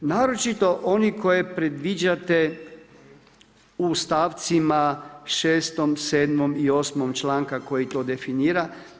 Naročito oni koji predviđate u stavcima 6,, 7. i 8. članka koji to definira.